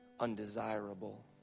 Undesirable